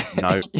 no